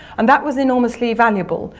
and that was enormously valuable,